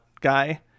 guy